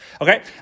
Okay